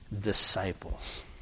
disciples